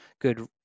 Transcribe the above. good